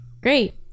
Great